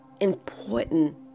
important